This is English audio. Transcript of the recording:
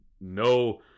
no